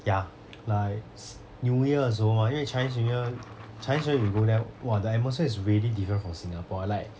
ya like s~ new year 的时候 hor 因为 chinese new year chinese new year you go there !wah! the atmosphere is really different from singapore like